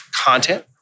content